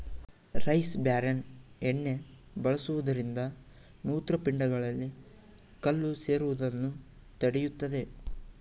rice bran ಎಣ್ಣೆ ಬಳಸುವುದರಿಂದ ಮೂತ್ರಪಿಂಡಗಳಲ್ಲಿ ಕಲ್ಲು ಸೇರುವುದನ್ನು ತಡೆಯುತ್ತದೆ